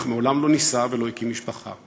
אך מעולם לא נישא ולא הקים משפחה,